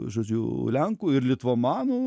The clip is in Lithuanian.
žodžių lenkų ir litvomanų